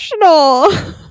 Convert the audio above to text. emotional